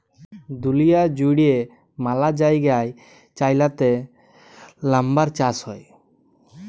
দুঁলিয়া জুইড়ে ম্যালা জায়গায় চাইলাতে লাম্বার চাষ হ্যয়